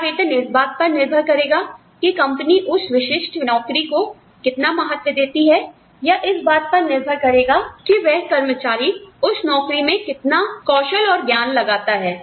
क्या वेतन इस बात पर निर्भर करेगा कि कंपनी उस विशिष्ट नौकरी को कितना महत्व देती हैं यह इस बात पर निर्भर करेगा कि वह कर्मचारी उस नौकरी में कितना कौशल और ज्ञान लगाता है